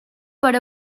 per